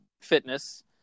fitness